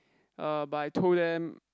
er but I told them